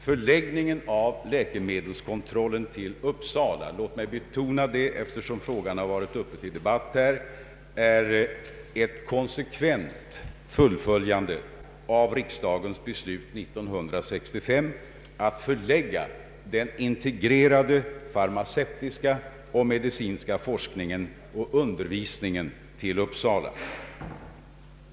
Förläggningen av läkemedelskontrollen till Uppsala är — låt mig betona det, eftersom frågan har varit uppe till debatt här — ett konsekvent fullföljande av riksdagens beslut 1965 att förlägga den integrerade farmaceutiska och medicinska forskningen och undervisningen till Uppsala.